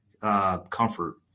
comfort